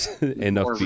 enough